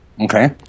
okay